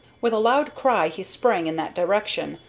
with a loud cry he sprang in that direction,